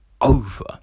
over